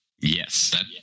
Yes